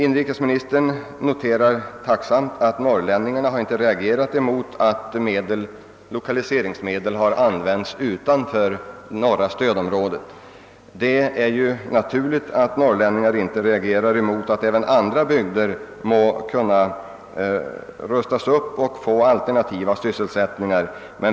Inrikesministern noterar tacksamt att norrlänningarna inte reagerat emot att lokaliseringsmedel har använts utanför norra stödområdet. Det är ju naturligt att de inte reagerar emot att även andra bygder må kunna få del av stödet och få alternativa sysselsättningar genom lokaliseringspolitiken.